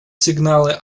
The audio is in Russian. сигналы